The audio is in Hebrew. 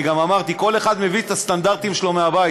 אני גם אמרתי: כל אחד מביא את הסטנדרטים שלו מבית,